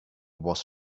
was